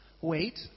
Wait